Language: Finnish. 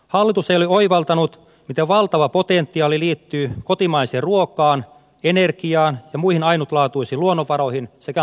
hallitus ei ole oivaltanut miten valtava potentiaali liittyy kotimaiseen ruokaan energiaan ja muihin ainutlaatuisiin luonnonvaroihin sekä matkailuun